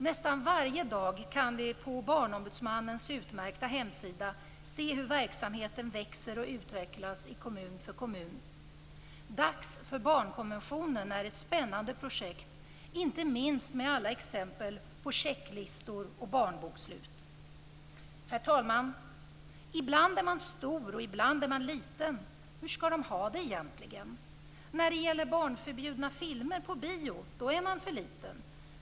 Nästan varje dag kan vi på Barnombudsmannens utmärkta hemsida se hur verksamheten växer och utvecklas i kommun för kommun. Dags för barnkonventionen är ett spännande projekt, inte minst alla exempel på checklistor och barnbokslut. Herr talman! "Ibland är man stor, och ibland är man liten. Hur skall dom ha det egentligen? När det gäller barnförbjudna filmer på bio är man för liten.